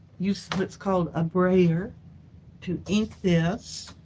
use what's called a brayer to ink this,